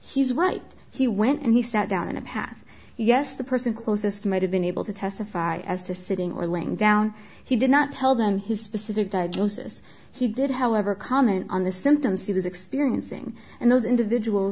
he's right he went and he sat down in a path yes the person closest might have been able to testify as to sitting or lying down he did not tell them his specific diagnosis he did however comment on the symptoms he was experiencing and those individuals